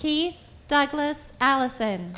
key douglas allison